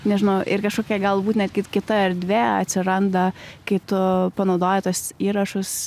nežinau ir kažkokia galbūt netgi kita erdvė atsiranda kai tu panaudoji tuos įrašus